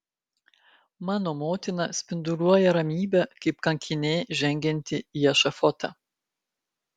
mano motina spinduliuoja ramybe kaip kankinė žengianti į ešafotą